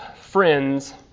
friends